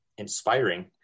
inspiring